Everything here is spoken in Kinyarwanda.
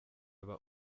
aba